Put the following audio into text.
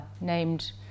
named